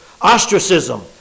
ostracism